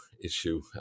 issue